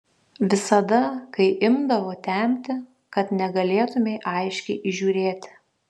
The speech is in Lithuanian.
visada kai imdavo temti kad negalėtumei aiškiai įžiūrėti